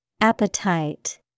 Appetite